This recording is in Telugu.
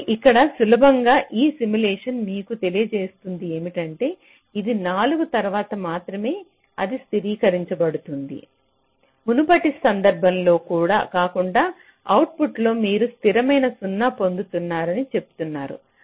కాబట్టి ఇక్కడ సులభం గా ఈ సిమ్యులేషన్ మీకు తెలియజేస్తుంది ఏమిటంటే ఇది 4 తర్వాత మాత్రమే అది స్థిరీకరించబడుతుందని మునుపటి సందర్భం లో కాకుండా అవుట్పుట్లో మీరు స్థిరమైన 0 పొందుతున్నారని చెప్తున్నారు